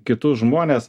kitus žmones